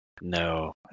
No